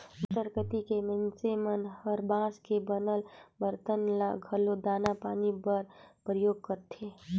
बस्तर कति के मइनसे मन हर बांस के बनल बरतन ल घलो दाना पानी बर परियोग करथे